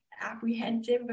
apprehensive